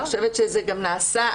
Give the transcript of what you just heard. אני חושבת שזה נעשה.